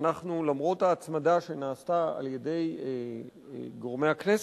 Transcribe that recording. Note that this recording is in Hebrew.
למרות ההצמדה שנעשתה על-ידי גורמי הכנסת,